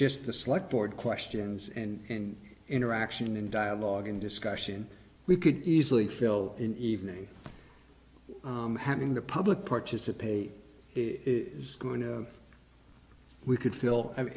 just the select board questions and interaction and dialogue and discussion we could easily fill in evening having the public participate it's going to we could feel i mean